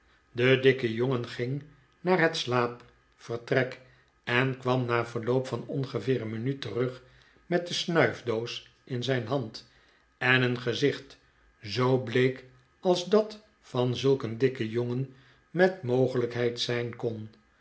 de dikke jongen ging naar het slaapvertrek en kwam na verloop van ongeveer een minuut terug met de snuifdoos in zijn hand en een gezicht zoo bleek als dat van zulk een dikken jongen met mogelijkheid zijn kon